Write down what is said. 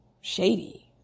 shady